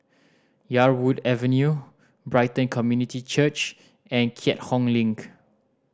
Yarwood Avenue Brighton Community Church and Keat Hong Link